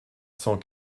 cent